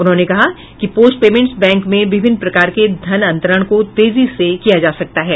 उन्होंने कहा कि पोस्ट पेमेंट्स बैंक में विभिन्न प्रकार के धन अंतरण को तेजी से किया जा सकता है